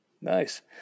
nice